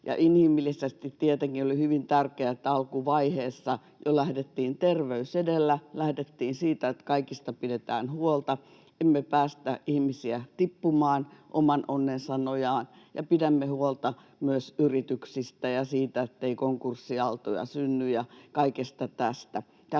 Inhimillisesti oli tietenkin hyvin tärkeää, että jo alkuvaiheessa lähdettiin terveys edellä, lähdettiin siitä, että kaikista pidetään huolta, emme päästä ihmisiä tippumaan oman onnensa nojaan ja pidämme huolta myös yrityksistä ja siitä, ettei konkurssiaaltoja synny, ja kaikesta tästä,